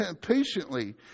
patiently